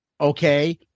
okay